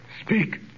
Speak